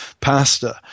pastor